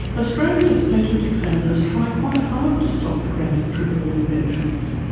australia's patent examiners try quite hard to stop the grant of trivial inventions,